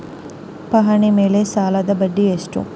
ಪಹಣಿ ಮೇಲೆ ಸಾಲದ ಬಡ್ಡಿ ಎಷ್ಟು?